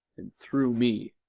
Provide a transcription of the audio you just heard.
and thro' me.